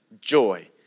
joy